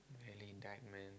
nearly died man